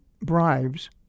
bribes